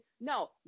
No